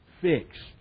fixed